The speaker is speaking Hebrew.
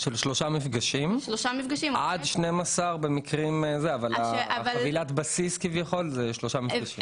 של שלושה מפגשים עד 12 במקרים -- חבילת הבסיס היא שלושה מפגשים.